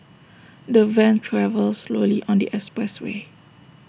the van travelled slowly on the expressway